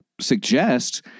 suggest